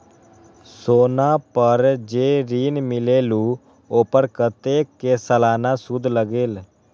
सोना पर जे ऋन मिलेलु ओपर कतेक के सालाना सुद लगेल?